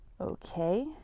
Okay